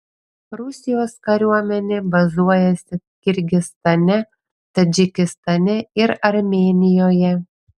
rusijos kariuomenė bazuojasi kirgizstane tadžikistane ir armėnijoje